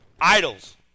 idols